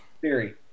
Theory